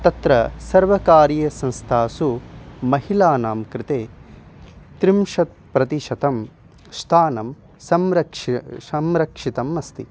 तत्र सर्वकारीय संस्थासु महिलानां कृते त्रिंशत् प्रतिशतं स्थानं संरक्ष्य संरक्षितम् अस्ति